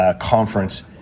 conference